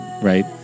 right